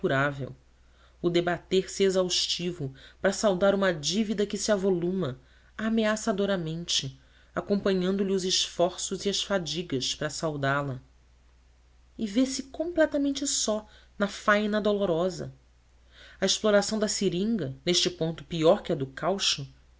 inaturável o debater-se exaustivo para saldar uma dívida que se avoluma ameaçadoramente acompanhando lhe os esforços e as fadigas para saldá la e vê-se completamente só na faina dolorosa a exploração da seringa neste ponto pior do que a do caucho